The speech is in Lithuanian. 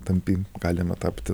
tampi galima tapti